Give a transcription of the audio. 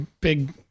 big